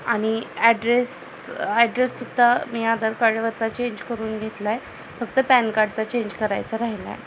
आणि ॲड्रेस ॲड्रेससुद्धा मी आधार कार्डवरचा चेंज करून घेतला आहे फक्त पॅन कार्डचा चेंज करायचा राहिला आहे